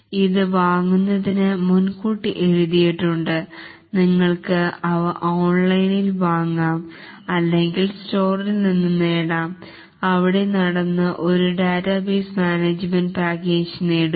ഇത് വാങ്ങുന്നതിന് മുൻകൂട്ടി എഴുതിയിട്ടുണ്ട് നിങ്ങൾക്ക് അവ ഓൺലൈൻ വാങ്ങാം അല്ലെങ്കിൽ സ്റ്റോറിൽനിന്ന് നേടാം അവിടെ നടന്നു ഒരു ഡാറ്റാബേസ് മാനേജ്മെൻറ് പാക്കേജ് നേടുക